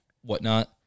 whatnot